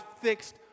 fixed